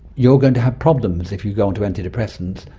you're going to have problems if you go onto antidepressants,